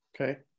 Okay